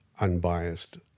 unbiased